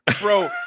Bro